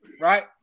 right